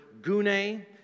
gune